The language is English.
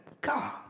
God